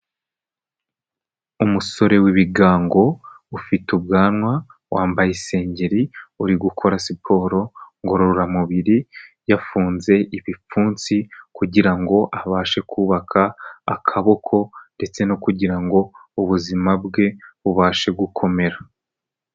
Umusore w'ibigango, ufite ubwanwa, wambaye isengeri, uri gukora siporo ngororamubiri, yafunze ibipfunsi, kugira ngo abashe kubaka akaboko ndetse no kugira ngo ubuzima bwe bubashe gukomera.